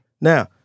Now